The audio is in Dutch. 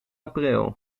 april